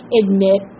admit